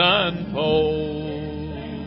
unfold